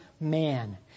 man